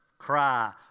cry